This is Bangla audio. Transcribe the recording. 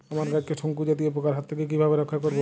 আমার গাছকে শঙ্কু জাতীয় পোকার হাত থেকে কিভাবে রক্ষা করব?